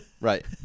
right